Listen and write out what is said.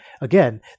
Again